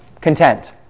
content